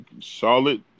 Solid